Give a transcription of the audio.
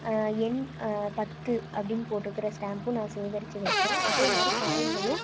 எண் பத்து அப்படின் போட்டிருக்கற ஸ்டாம்பும் நான் சேகரித்து வச்சேன் அதேமாதிரி காயின்களும்